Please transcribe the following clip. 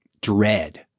dread